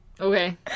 Okay